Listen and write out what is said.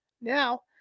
Now